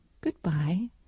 goodbye